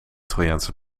trojaanse